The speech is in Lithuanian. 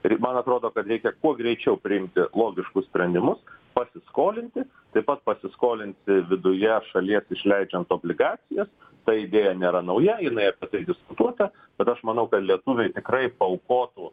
ir man atrodo kad reikia kuo greičiau priimti logiškus sprendimus pasiskolinti taip pat pasiskolinti viduje šalies išleidžiant obligacijas ta idėja nėra nauja jinai išdiskutuota bet aš manau kad lietuviai tikrai paaukotų